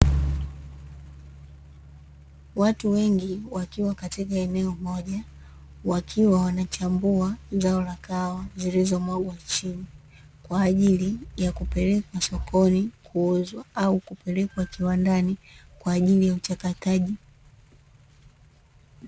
Watu wengi wakiwa katika eneo moja wakiwa wanachambua zao la kahawa zilizmwagwa chini, kwa ajili ya kupelekwa sokoni kuuzwa au kupelekwa kiwandani kwa ajili ya uchakataji.